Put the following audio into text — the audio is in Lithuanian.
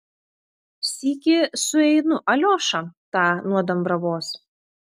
sykį sueinu aliošą tą nuo dambravos